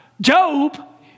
Job